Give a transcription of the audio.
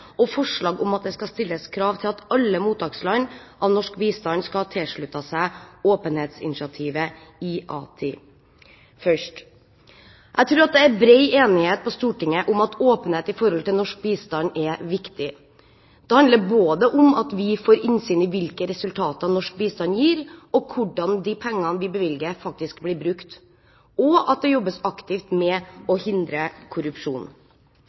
og forslag om at det skal stilles krav om at alle mottakerland for norsk bistand skal tilslutte seg åpenhetsinitiativet IATI. Først: Jeg tror at det er bred enighet i Stortinget om at åpenhet om norsk bistand er viktig. Det handler både om at vi får innsyn i hvilke resultater norsk bistand gir, og om hvordan de pengene vi bevilger, faktisk blir brukt, og at det jobbes aktivt med å hindre korrupsjon.